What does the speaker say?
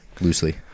loosely